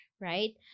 right